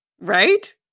Right